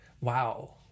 Wow